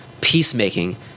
peacemaking